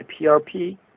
PRP